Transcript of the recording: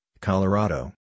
Colorado